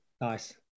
nice